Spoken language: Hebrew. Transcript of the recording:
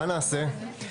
מה נעשה?